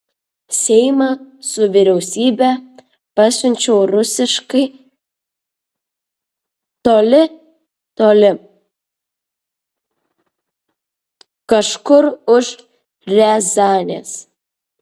seimą su vyriausybe pasiunčiau rusiškai toli toli kažkur už riazanės